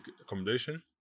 accommodation